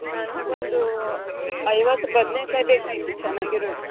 ನನಗೊಂದು ಐವತ್ತು ಬದ್ನೇಕಾಯಿ ಬೇಕಾಗಿತ್ತು ಚೆನ್ನಾಗಿರೋದು